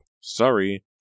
Sorry